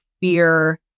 fear